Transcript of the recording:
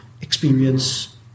experience